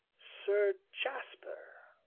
sir jasper!